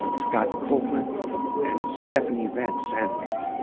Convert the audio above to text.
scott copeland and stephanie van samwick.